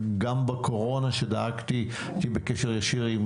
גם בקורונה שדאגתי להיות בקשר ישיר עם